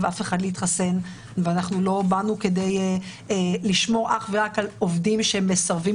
מישהו להתחסן ולא באנו כדי לשמור אך ורק על עובדים שמסרבים